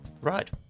Right